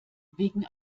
wegen